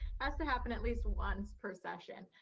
has to happen at least once per session.